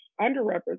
underrepresented